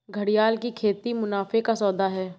घड़ियाल की खेती मुनाफे का सौदा है